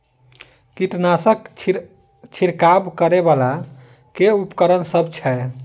कीटनासक छिरकाब करै वला केँ उपकरण सब छै?